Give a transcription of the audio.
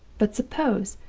but suppose,